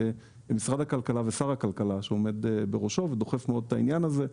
משרד הכלכל הושר הכלכלה שעומד בראשו ודוחף מאוד את העניין הזה.